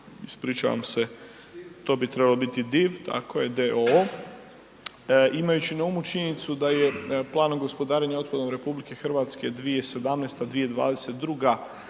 ispričavam se to ti trebala biti DIV tako je d.o.o., imajući na umu činjenicu da je planom gospodarenja otpadom RH 2017. – 2022.